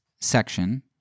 section